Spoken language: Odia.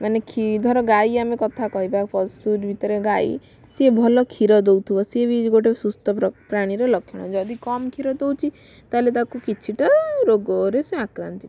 ମାନେ ଧର ଗାଈ ଆମେ କଥା କହିବା ପଶୁ ଭିତରେ ଗାଈ ସିଏ ଭଲ କ୍ଷୀର ଦେଉଥିବ ସିଏ ବି ଗୋଟେ ସୁସ୍ଥ ପ୍ରାଣୀର ଲକ୍ଷଣ ଯଦି କମ କ୍ଷୀର ଦଉଛି ତା'ହେଲେ ତାକୁ କିଛିଟା ରୋଗରେ ସେ ଆକ୍ରାନ୍ତିତ